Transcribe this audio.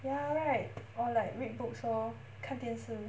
ya right or like read books lor 看电视